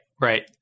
Right